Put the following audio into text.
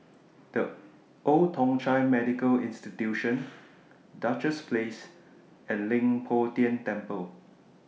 The Old Thong Chai Medical Institution Duchess Place and Leng Poh Tian Temple